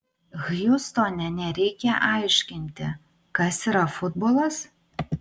hjustone nereikia aiškinti kas yra futbolas